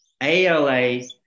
ALA